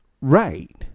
Right